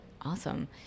Awesome